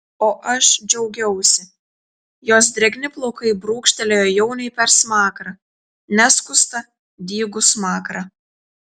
o aš džiaugiausi jos drėgni plaukai brūkštelėjo jauniui per smakrą neskustą dygų smakrą